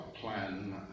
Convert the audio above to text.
plan